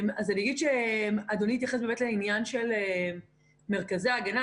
אדוני התייחס לעניין של מרכזי ההגנה.